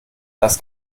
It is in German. das